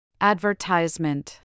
Advertisement